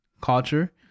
culture